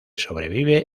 sobrevive